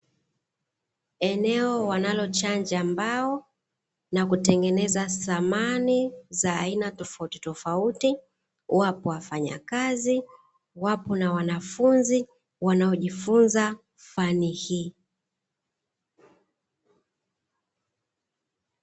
Eneo wanalochanja mbao na kutengeneza samani za aina tofautitofauti, wapo wafanyakazi wapo na wanafunzi wanaojifunza fani hii.